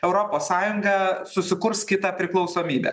europos sąjunga susikurs kitą priklausomybę